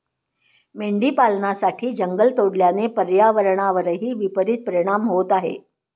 मेंढी पालनासाठी जंगल तोडल्याने पर्यावरणावरही विपरित परिणाम होत आहे